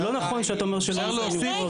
זה לא נכון מה שאתה אומר, שלא ניתן למכור אותו.